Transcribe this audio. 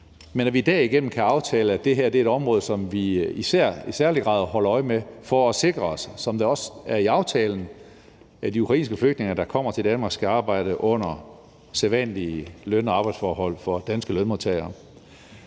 så vi kan derigennem aftale, at det her er et område, som vi i særlig grad holder øje med for at sikre, at de – som det også står i aftalen at de ukrainske flygtninge, der kommer til Danmark, skal – arbejder under de sædvanlige løn- og arbejdsforhold for danske lønmodtagere.